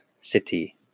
city